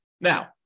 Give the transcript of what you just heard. Now